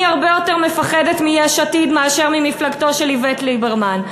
אני הרבה יותר מפחדת מיש עתיד מאשר ממפלגתו של איווט ליברמן.